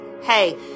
hey